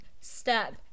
step